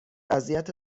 اذیت